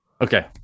Okay